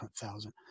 thousand